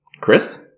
Chris